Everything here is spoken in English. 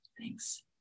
Thanks